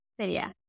sería